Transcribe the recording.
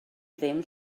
ddim